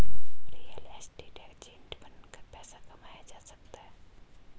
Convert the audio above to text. real estate agent बनकर पैसा कमाया जा सकता है